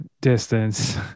distance